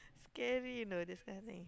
scary you know this kind of thing